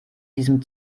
diesem